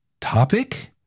topic